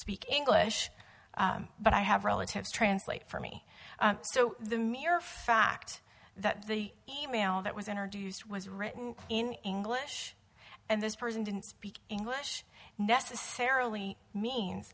speak english but i have relatives translate for me so the mere fact that the e mail that was introduced was written in english and this person didn't speak english necessarily means